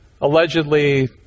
allegedly